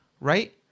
right